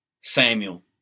Samuel